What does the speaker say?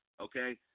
okay